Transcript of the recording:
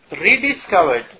rediscovered